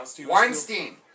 Weinstein